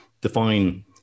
define